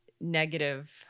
negative